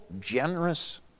generous